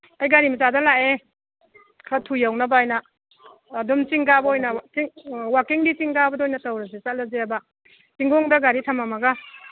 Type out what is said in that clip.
ꯑꯩ ꯒꯥꯔꯤ ꯃꯆꯥꯗ ꯂꯥꯛꯑꯦ ꯈꯔ ꯊꯨ ꯌꯧꯅꯕ ꯍꯥꯏꯅ ꯑꯗꯨꯝ ꯆꯤꯡ ꯀꯥꯕ ꯑꯣꯏꯅ ꯋꯥꯀꯤꯡꯗꯤ ꯆꯤꯡ ꯀꯥꯕꯗ ꯑꯣꯏꯅ ꯇꯧꯔꯁꯤ ꯆꯠꯂꯁꯦꯕ ꯆꯤꯡꯈꯣꯡꯗ ꯒꯥꯔꯤ ꯊꯃꯝꯃꯒ